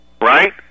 Right